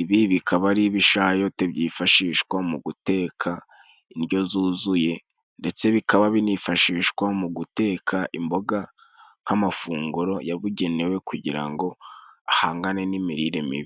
Ibi bikaba ari ibishayote byifashishwa mu guteka indyo yuzuye, ndetse bikaba binifashishwa mu guteka imboga, nk'amafunguro yabugenewe kugira ngo ahangane n'imirire mibi.